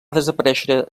desaparèixer